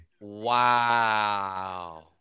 Wow